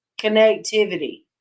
connectivity